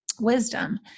Wisdom